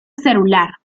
celular